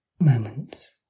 moments